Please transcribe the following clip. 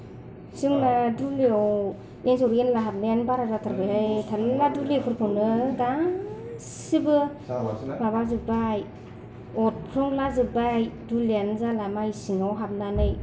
जोंना दुलियाव एन्जर एनला हाबनायानो बारा जाथारबायहाय थाल्ला दुलिफोरखौनो गासैबो माबाजोब्बाय अरफ्लंला जोब्बाय दुब्लियानो जाला माइ सिङाव हाबनानै